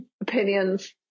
opinions